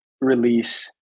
release